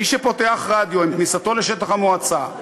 מי שפותח רדיו עם כניסתו לשטח המועצה,